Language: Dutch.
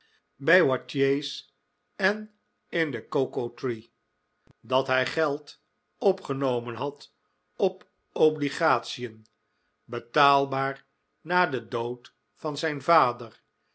bij wattiers en in de cocoa tree dat hij geld opgenomen had op obligation betaalbaar na den dood van zijn vader